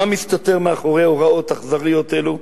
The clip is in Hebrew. מה מסתתר מאחורי הוראות אכזריות אלו,